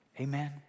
Amen